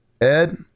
ed